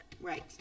Right